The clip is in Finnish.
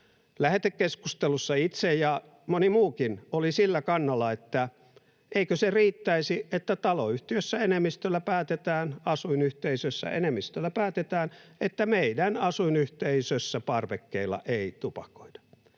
Lähetekeskustelussa minä itse olin ja moni muukin oli sillä kannalla, että eikö riittäisi, että taloyhtiössä enemmistöllä päätetään, asuinyhteisössä enemmistöllä päätetään, että meidän asuinyhteisössämme parvekkeilla ei tupakoida.